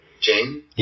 Jane